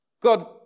God